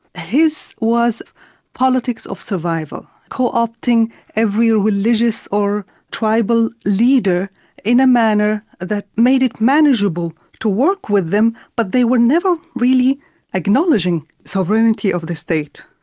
his was politics of survival, co-opting every religious or tribal leader in a manner that made it manageable to work with them, but they were never really acknowledging sovereignty of the state.